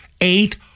eight